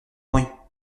bruit